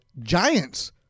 Giants